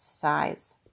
size